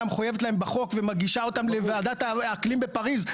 מחויבת להם בחוק ומגישה אותם לוועדת האקלים בפריז,